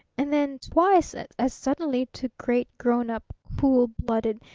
and then, twice as suddenly, to great, grown-up, cool-blooded,